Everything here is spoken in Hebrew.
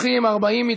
אחד.